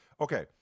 Okay